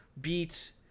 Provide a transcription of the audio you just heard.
beat